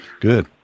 Good